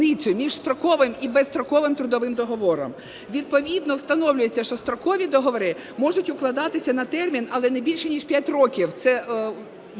між строковим і безстроковим трудовим договором. Відповідно встановлюється, що строкові договори можуть укладатися на термін, але не більший ніж 5 років,